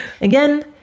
Again